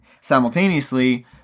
simultaneously